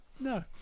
no